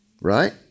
right